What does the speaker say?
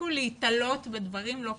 שיפסיקו להיתלות בדברים לא קשורים.